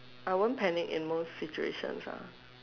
I won't panic in most situations ah